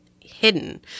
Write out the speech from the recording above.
hidden